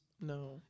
No